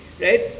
right